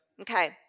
Okay